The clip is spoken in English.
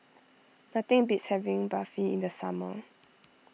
nothing beats having Barfi in the summer